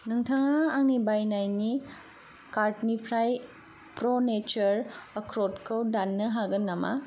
नोंथाङा आंनि बायनायनि कार्टनिफ्राय प्र'नेचार ओख्रतखौ दाननो हागोन नामा